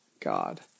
God